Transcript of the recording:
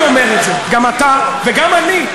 גם אתה נאה מאוד.